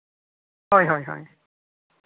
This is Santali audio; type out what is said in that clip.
ᱦᱳᱭ ᱦᱳᱭ